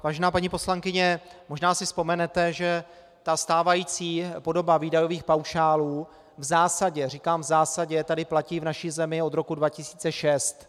Vážená paní poslankyně, možná si vzpomenete, že stávající podoba výdajových paušálů v zásadě, říkám v zásadě, platí v naší zemi od roku 2006.